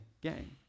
game